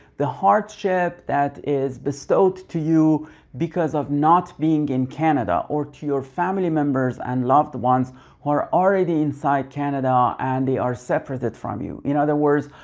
the hardship that is bestowed to you because of not being in canada or to your family members and loved ones who are already inside canada and they are separated from you. in other words,